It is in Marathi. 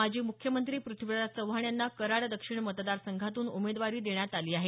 माजी मुख्यमंत्री प्रथ्वीराज चव्हाण यांना कराड दक्षिण मतदारसंघातून उमेदवारी देण्यात आली आहे